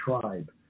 tribe